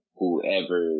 whoever